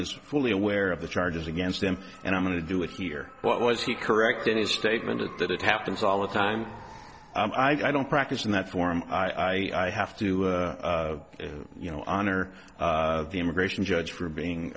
is fully aware of the charges against them and i'm going to do it here what was he correct in his statement that it happens all the time i don't practice in that form i have to you know honor the immigration judge for being